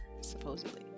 supposedly